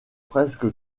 presque